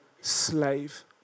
Slave